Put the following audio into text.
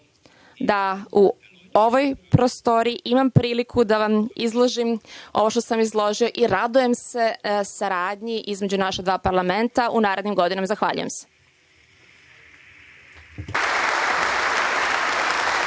da u ovoj prostoriji imam priliku da vam izložim ovo što sam izložio i radujem se saradnji između naša dva parlamenta u narednim godinama. Zahvaljujem se.